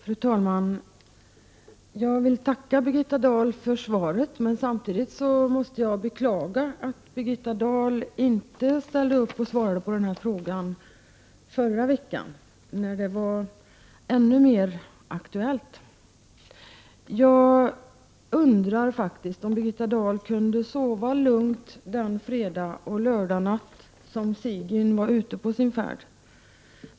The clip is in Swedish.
Fru talman! Jag vill tacka Birgitta Dahl för svaret. Samtidigt måste jag beklaga att Birgitta Dahl inte ställde upp och svarade på denna fråga förra veckan när den var mer aktuell. Jag undrar om Birgitta Dahl kunde sova lugnt den fredag och lördag som Sigyn var ute på sin färd.